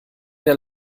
der